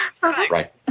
Right